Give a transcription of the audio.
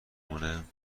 مونه